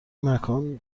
مکان